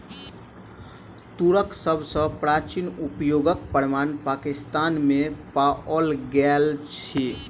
तूरक सभ सॅ प्राचीन उपयोगक प्रमाण पाकिस्तान में पाओल गेल अछि